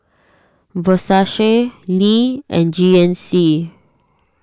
Versace Lee and G N C